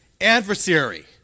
adversary